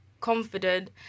confident